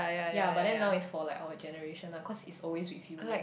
ya but then now is for like our generation ah cause it's always with you one